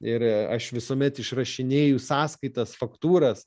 ir aš visuomet išrašinėju sąskaitas faktūras